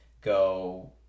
go